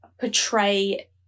portray